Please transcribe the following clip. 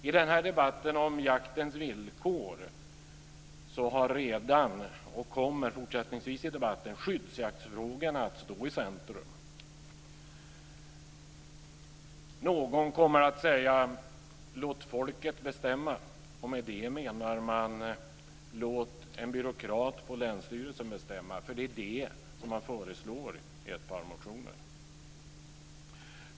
I den här debatten om jaktens villkor kommer skyddsjaktsfrågorna att stå i centrum. Någon kommer att säga: Låt folket bestämma. Med det menar man: Låt en byråkrat på länsstyrelsen bestämma. Det är detta som föreslås i ett par motioner.